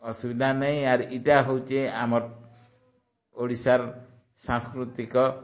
ଅସୁବିଧା ନାଇଁ ଆର୍ ଏଇଟା ହେଉଛି ଆମର୍ ଓଡ଼ିଶାର୍ ସାସ୍କୃତିକ